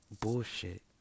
Bullshit